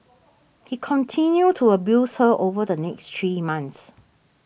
he continued to abuse her over the next three months